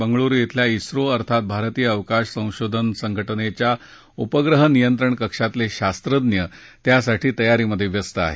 बंगळुरु श्वेल्या स्रो अर्थात भारतीय अवकाश संशोधान संघटनेच्या उपग्रह नियंत्रण कक्षातले शासज्ञ त्यासाठीच्या तयारीत व्यस्त आहेत